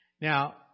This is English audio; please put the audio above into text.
Now